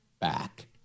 back